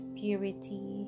purity